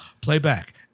Playback